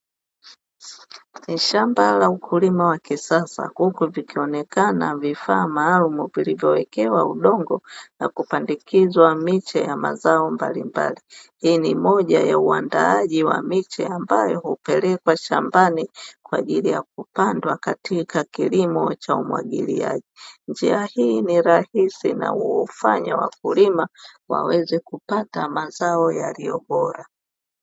Ni shamba la ukulima wa kisasa huku vikionekana vifaa maalumu; vilivyowekewa udongo na kupandikizwa miche ya mazao mbalimbali. Hii ni moja ya uandaaji wa miche ambayo hupelekwa shambani kwa ajili ya kupandwa katika kilimo cha umwagiliaji. Njia hii ni rahisi na hufanya wakulima waweze kupata mazao yaliyo bora.